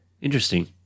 Interesting